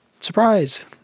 surprise